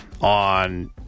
on